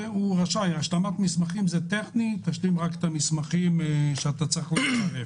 השלמת מסמכים זה טכני תשלים את המסמכים שאתה צריך לצרף.